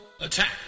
Attack